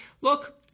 look-